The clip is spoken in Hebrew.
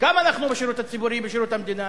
כמה אנחנו בשירות הציבורי, בשירות המדינה?